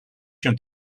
się